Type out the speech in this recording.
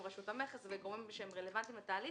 עם רשות המכס וגורמים רלוונטיים לתהליך,